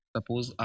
Suppose